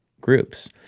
groups